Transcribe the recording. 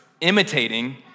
imitating